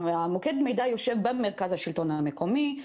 מוקד המידע יושב במרכז השלטון המקומי,